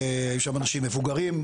היו שם אנשים מבוגרים,